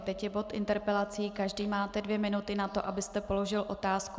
Teď je bod interpelací, každý máte dvě minuty na to, abyste položil otázku.